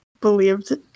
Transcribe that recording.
believed